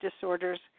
disorders